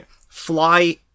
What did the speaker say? fly